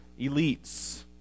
elites